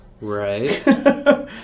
Right